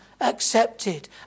accepted